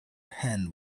pen